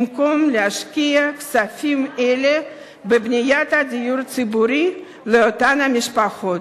במקום להשקיע כספים אלה בבניית הדיור הציבורי לאותן המשפחות.